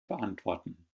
beantworten